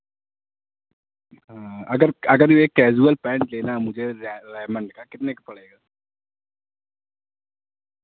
ہاں اگر اگر یہ کیجوئول پینٹ لینا ہے مجھے رائمنڈ کا کتنے کا پڑے گا